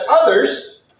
others